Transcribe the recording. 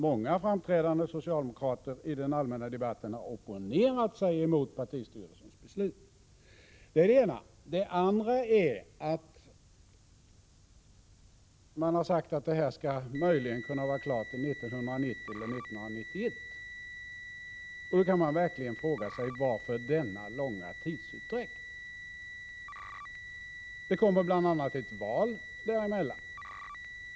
Många framträdande socialdemokrater har i den allmänna debatten opponerat sig mot partistyrelsens beslut. Detta är det ena. Det andra är att man sagt att förändringen skall kunna vara klar till 1990 eller 1991. Då kan man verkligen fråga sig: Varför denna långa tidsutdräkt? Det kommer bl.a. ett val innan dess.